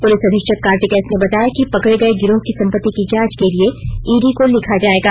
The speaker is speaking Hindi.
पुलिस अधीक्षक कार्तिक एस ने बताया कि पकड़े गए गिरोह की संपत्ति की जांच के लिए इडी को लिखा जाएगा